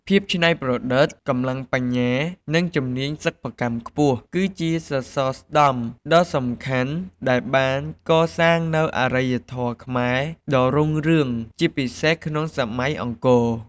ភាពច្នៃប្រឌិត កម្លាំងបញ្ញា និងជំនាញសិប្បកម្មខ្ពស់ គឺជាសសរស្តម្ភដ៏សំខាន់ដែលបានកសាងនូវអរិយធម៌ខ្មែរដ៏រុងរឿង ជាពិសេសក្នុងសម័យអង្គរ។